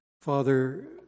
Father